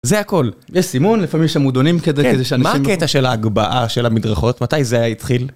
זה הכל. יש סימון, לפעמים שם עמודונים כדי שאנשים... כן, מה הקטע של ההגבהה של המדרכות? מתי זה התחיל?